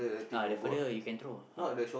uh the further you can throw ah ah